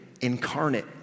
incarnate